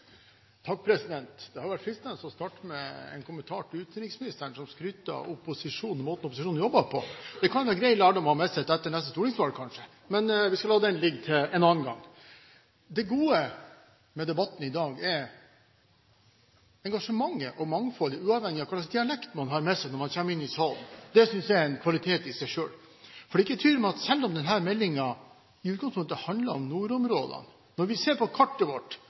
Det hadde vært fristende å starte med en kommentar til utenriksministeren som skrøt av opposisjonen og måten opposisjonen jobbet på. Det kan være grei lærdom å ha med seg til etter neste stortingsvalg, kanskje. Men jeg skal la den ligge til en annen gang. Det gode med debatten i dag er engasjementet og mangfoldet, uavhengig av hvilken dialekt man har med seg når man kommer inn i salen. Det synes jeg er en kvalitet i seg selv. Det er ikke tvil om at denne meldingen i utgangspunktet handler om nordområdene. Når vi ser på kartet vårt